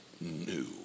new